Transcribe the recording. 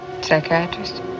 Psychiatrist